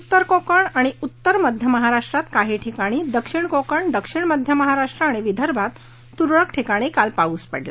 उत्तर कोकण आणि उत्तर मध्य महाराष्ट्रात काही ठिकाणी दक्षिण कोकण दक्षिण मध्य महाराष्ट्र आणि विदर्भात तुरळक ठिकाणी काल पाऊस पडला